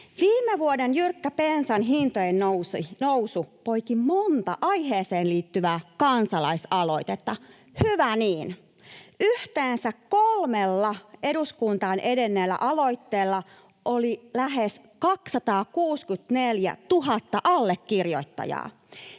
Viime vuoden jyrkkä bensan hintojen nousu poiki monta aiheeseen liittyvää kansalaisaloitetta, hyvä niin. Yhteensä kolmella eduskuntaan edenneellä aloitteella oli lähes 264 000 allekirjoittajaa.